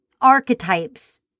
archetypes